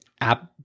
app